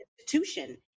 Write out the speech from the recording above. institution